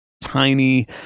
tiny